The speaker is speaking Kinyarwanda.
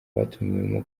batumiwemo